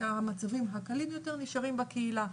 המצבים הקלים יותר נשארים בקהילה,